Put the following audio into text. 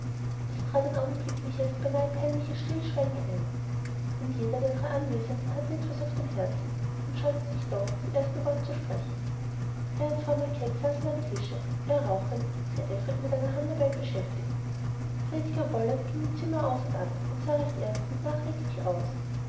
es trat ein augenblickliches beinahe peinliches stillschweigen ein ein jeder der drei anwesenden hatte etwas auf dem herzen und scheute sich doch das erste wort zu sprechen herr und frau macket saßen am tische er rauchend sie eifrig mit einer handarbeit beschäftigt prediger wollert ging im zimmer auf und ab und sah recht ernst und nachdenklich aus